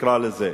נקרא לזה.